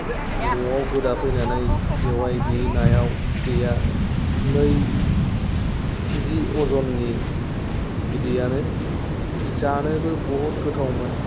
न'आव गोदाफैनानै बेवहाय बे नायाव बिदैया नै केजि अजननि बिदैयानो जानोबो बुहुत गोथावमोन